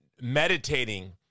meditating